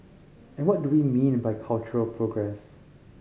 and what do we mean by cultural progress